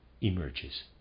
emerges